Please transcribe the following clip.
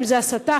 אם הסתה,